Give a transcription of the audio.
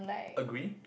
agree